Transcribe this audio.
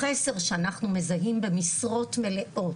החסר שאנחנו מזהים במשרות מלאות,